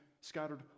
scattered